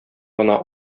гына